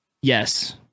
yes